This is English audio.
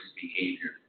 behavior